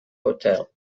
hotel